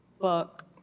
book